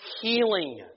healing